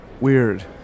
Weird